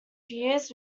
years